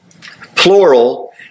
plural